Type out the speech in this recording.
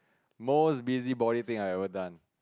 most busybody thing I've ever done